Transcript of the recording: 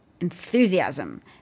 enthusiasm